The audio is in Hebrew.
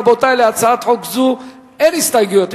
רבותי, להצעת חוק זו אין הסתייגויות.